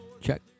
Check